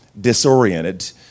disoriented